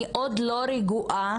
אני עוד לא רגועה,